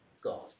God